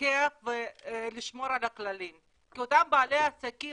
לפקח ולשמור על הכללים כי אותם בעלי עסקים